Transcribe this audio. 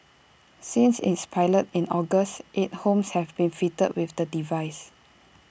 since its pilot in August eight homes have been fitted with the device